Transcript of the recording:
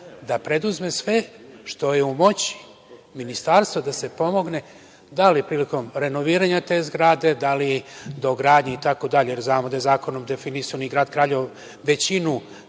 da preduzme sve što je u moći Ministarstva da se pomogne, da li prilikom renoviranja te zgrade, da li dogradnjom, jer znamo da je zakonom defininsano i grad Kraljevo, većinu